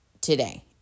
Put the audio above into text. today